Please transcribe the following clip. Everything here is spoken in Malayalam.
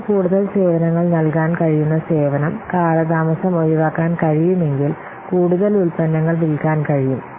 നമുക്ക് കൂടുതൽ സേവനങ്ങൾ നൽകാൻ കഴിയുന്ന സേവനം കാലതാമസം ഒഴിവാക്കാൻ കഴിയുമെങ്കിൽ കൂടുതൽ ഉൽപ്പന്നങ്ങൾ വിൽക്കാൻ കഴിയും